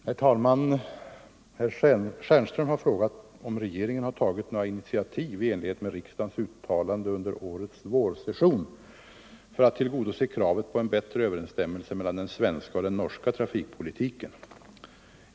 Herr talman! Herr Stjernström har frågat om regeringen har tagit några initiativ i enlighet med riksdagens uttalande under årets vårsession för att tillgodose kravet på en bättre överensstämmelse mellan den svenska och den norska trafikpolitiken.